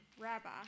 Rabbi